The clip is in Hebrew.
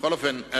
בכל אופן,